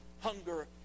hunger